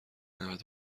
نود